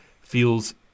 feels